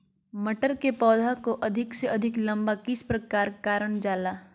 मटर के पौधा को अधिक से अधिक लंबा किस प्रकार कारण जाला?